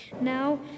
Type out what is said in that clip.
Now